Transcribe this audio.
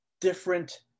different